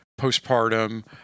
postpartum